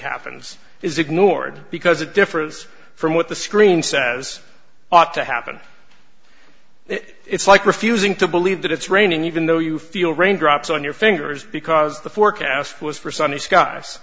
happens is ignored because it differs from what the screen says ought to happen it's like refusing to believe that it's raining even though you feel raindrops on your fingers because the forecast was for sunny skies